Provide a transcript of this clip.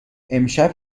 امشب